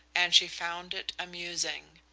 and she found it amusing.